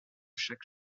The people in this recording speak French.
chaque